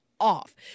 off